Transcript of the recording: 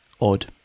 odd